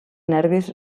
nervis